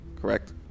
correct